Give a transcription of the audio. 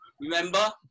remember